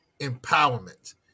empowerment